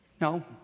No